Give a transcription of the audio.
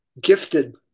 gifted